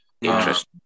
Interesting